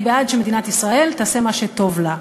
אני בעד שמדינת ישראל תעשה מה שטוב לה.